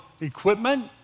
equipment